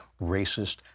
racist